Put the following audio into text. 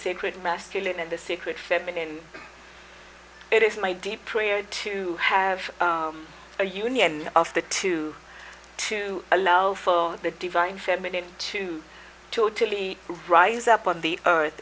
sacred masculine and the secret feminine it is my deep prayer to have a union of the two to allow for the divine feminine to totally rise up on the earth